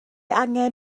angen